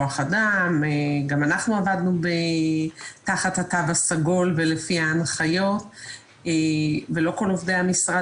גם אנחנו עבדנו תחת הקו הסגול ולפי ההנחיות ולא כל עובדי המשרד